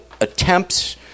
attempts